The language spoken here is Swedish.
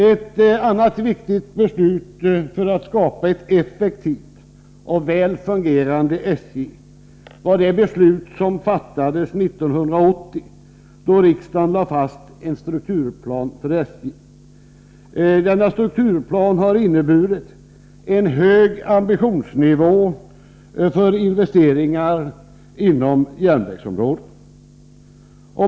Ett annat viktigt beslut för att skapa ett effektivt och väl fungerande SJ var det som fattades 1980, då riksdagen lade fast en strukturplan för SJ. Denna plan har inneburit en hög ambitionsnivå för investeringar inom järnvägsområdet.